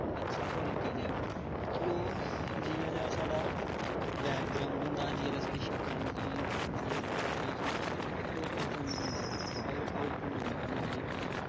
अच्छी क्वालिटी दी ऐ कि ओह् जि'यां साढ़ा बैक ग्राउंड़ होंदा जनेही साढ़ी शक्ल होंदी जनेहा साढ़ा फेस होंदा डीटो सानूं दिंदा अउट पुट्ट दिंदा सानूं